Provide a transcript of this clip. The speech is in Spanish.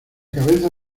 cabeza